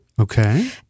Okay